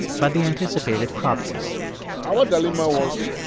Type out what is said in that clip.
but they anticipated problems our dilemma was,